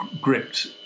gripped